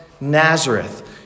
Nazareth